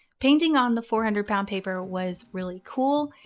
painting on the four hundred lb paper was really cool.